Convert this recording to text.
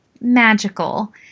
magical